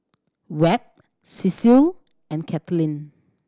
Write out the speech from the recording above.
Webb Cecil and Katelynn